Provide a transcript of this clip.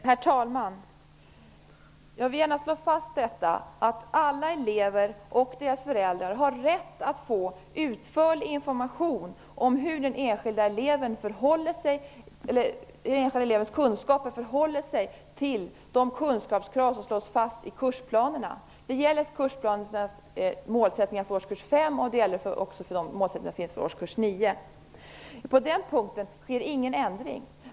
Herr talman! Jag vill gärna slå fast att alla elever och deras föräldrar har rätt att få utförlig information om hur den enskilda elevens kunskaper förhåller sig till de kunskapskrav som slås fast i kursplanerna. Det gäller kursplanernas målsättning för årskurs 5 och det gäller också de målsättningar som finns för årskurs 9. På den punkten sker ingen ändring.